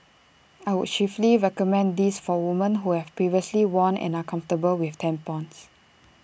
I would chiefly recommend this for women who have previously worn and are comfortable with tampons